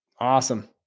Awesome